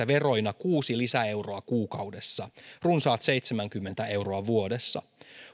veroina kuusi lisäeuroa kuukaudessa runsaat seitsemänkymmentä euroa vuodessa